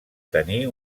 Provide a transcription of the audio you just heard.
tenir